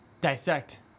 dissect